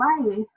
life